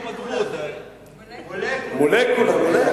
מולקולה.